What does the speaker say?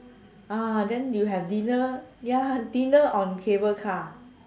ah then you have dinner ya dinner on cable car